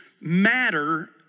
matter